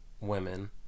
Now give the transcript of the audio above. women